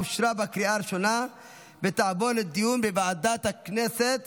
אושרה בקריאה הראשונה ותעבור לדיון בוועדת הכנסת